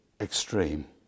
extreme